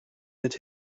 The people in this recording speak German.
mit